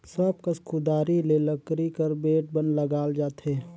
सब कस कुदारी मे लकरी कर बेठ लगाल जाथे